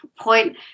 point